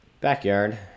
Backyard